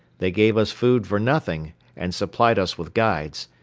they gave us food for nothing and supplied us with guides,